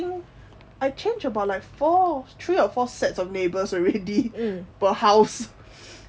I change about like four three or four sets of neighbours already per house